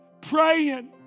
praying